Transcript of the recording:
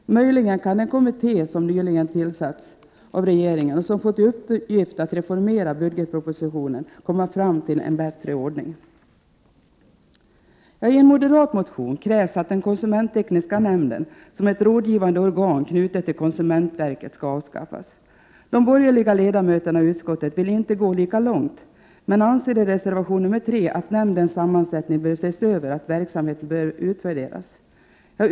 Möjligen kan den kommitté som nyligen tillsatts av regeringen för att utreda möjligheterna att reformera utformningen av budgetpropositionen komma fram till en bättre ordning. I en moderat motion krävs att den konsumenttekniska nämnden, som är ett rådgivande organ knutet till konsumentverket, skall avskaffas. De borgerliga ledamöterna i utskottet vill inte gå lika långt men anser i reservation nr 3 att nämndens sammansättning bör ses över och att verksamheten bör utvärderas.